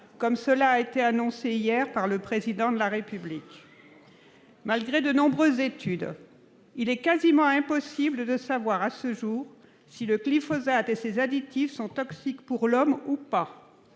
comme cela a été annoncé hier par le Président de la République. Malgré de nombreuses études, il est quasi impossible de savoir, à ce jour, si le glyphosate et ses additifs sont toxiques pour l'homme ou pas.